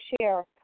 share